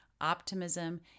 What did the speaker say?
optimism